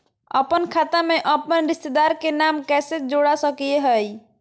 अपन खाता में अपन रिश्तेदार के नाम कैसे जोड़ा सकिए हई?